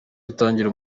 yitangira